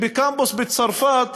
שבקמפוס בצרפת